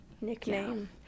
nickname